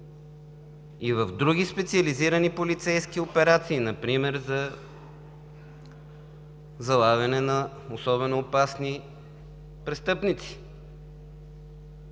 и в други специализирани полицейски операции, например за залавяне на особено опасни престъпници.